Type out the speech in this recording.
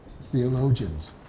theologians